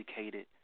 educated